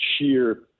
sheer